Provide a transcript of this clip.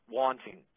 wanting